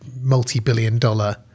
multi-billion-dollar